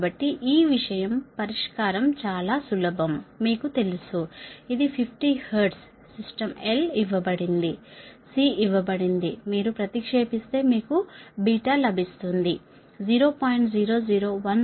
కాబట్టి ఈ విషయం పరిష్కారం చాలా సులభం మీకు తెలుసు ఇది 50 హెర్ట్జ్ సిస్టమ్ L ఇవ్వబడింది C ఇవ్వబడింది మీరు ప్రతిక్షేపిస్తే మీకు లభిస్తుంది బీటా 0